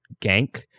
gank